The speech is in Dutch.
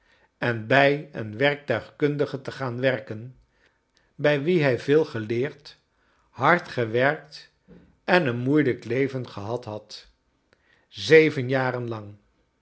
en bij een werktuigkundige te gaan werken bij wien hij veel geleerd hard gewerkt en een moeilijk leven gehad had zeven